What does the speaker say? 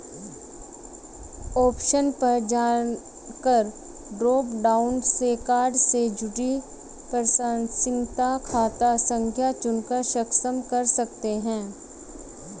option पर जाकर drop down से कार्ड से जुड़ी प्रासंगिक खाता संख्या चुनकर सक्षम कर सकते है